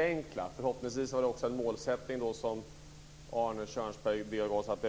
Fru talman! Det gällde detta med att förenkla. Förhoppningsvis är det en målsättning som skall